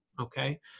Okay